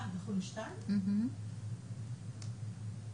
מהאזרחים הערביים מעל גיל 18 אין להם כרטיסי אשראי.